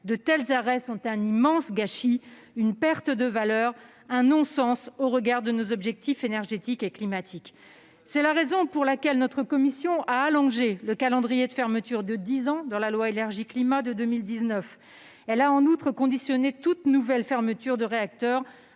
de tels arrêts sont un immense gâchis, une perte de valeur, un non-sens au regard de nos objectifs énergétiques et climatiques. Tout à fait ! C'est la raison pour laquelle notre commission a allongé le calendrier de fermeture de dix ans dans la loi Énergie-climat de 2019. Elle a, en outre, conditionné toute nouvelle fermeture de réacteur